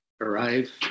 arrive